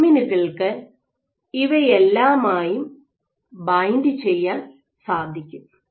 ലാമിനുകൾക്ക് ഇവയെല്ലാമായും ബൈൻഡ് ചെയ്യാൻ സാധിക്കും